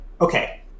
Okay